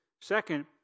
Second